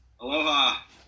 Aloha